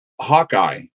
Hawkeye